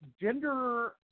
gender